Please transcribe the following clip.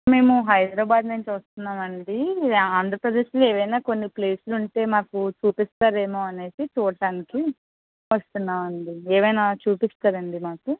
మేము హైదరాబాదు నుంచి వస్తున్నామండి ఆంధ్రప్రదేశ్లో ఏమైనా కొన్ని ప్లేస్లుంటే మాకు చూపిస్తారేమో అని చూడటానికి వస్తున్నామండి ఏమైనా చూపిస్తారా అండి మాకు